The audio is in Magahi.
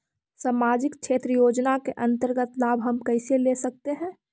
समाजिक क्षेत्र योजना के अंतर्गत लाभ हम कैसे ले सकतें हैं?